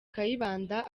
kayibanda